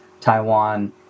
Taiwan